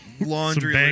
Laundry